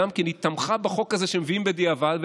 גם היא תמכה בחוק הזה שמביאים בדיעבד,